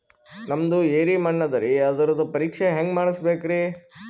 ನಮ್ದು ಎರಿ ಮಣ್ಣದರಿ, ಅದರದು ಪರೀಕ್ಷಾ ಹ್ಯಾಂಗ್ ಮಾಡಿಸ್ಬೇಕ್ರಿ?